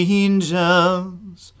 angels